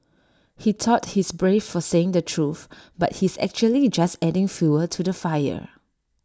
he thought he's brave for saying the truth but he's actually just adding fuel to the fire